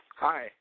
Hi